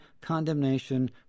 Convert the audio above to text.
condemnation